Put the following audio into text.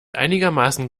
einigermaßen